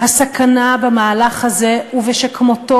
הסכנה במהלך הזה ובשכמותו,